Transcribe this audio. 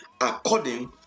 according